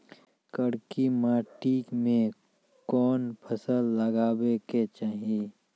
करकी माटी मे कोन फ़सल लगाबै के चाही?